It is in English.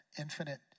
infinite